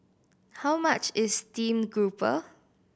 how much is steamed grouper